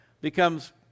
becomes